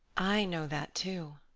i know that, too.